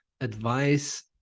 advice